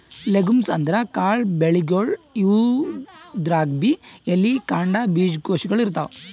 legumes ಅಂದ್ರ ಕಾಳ್ ಬೆಳಿಗೊಳ್, ಇವುದ್ರಾಗ್ಬಿ ಎಲಿ, ಕಾಂಡ, ಬೀಜಕೋಶಗೊಳ್ ಇರ್ತವ್